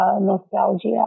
nostalgia